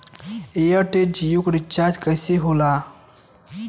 Airtel Jio के recharge कैसे होला?